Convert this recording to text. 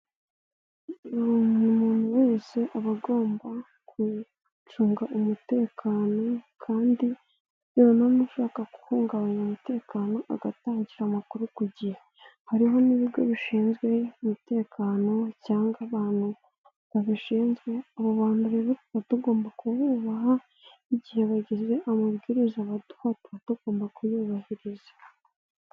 Buri umuntu wese aba agomba gucunga umutekano kandi yabona ushaka guhungabanya umutekano, agatangira amakuru ku gihe, hariho n'ibigo bishinzwe umutekano cyangwa abantu babishinzwe, abo bantu rero tuba tugomba kububaha, igihe bagize amabwiriza baduha, tuba tugomba kuyubahiriza.